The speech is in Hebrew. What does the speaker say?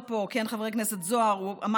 לא, אי-אפשר.